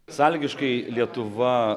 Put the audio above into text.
sąlygiškai lietuva